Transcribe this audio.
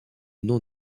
nom